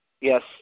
Yes